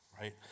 right